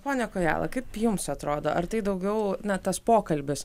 pone kojala kaip jums atrodo ar tai daugiau na tas pokalbis